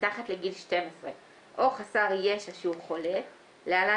מתחת לגיל 12 או חסר ישע שהוא חולה (להלן